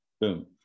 boom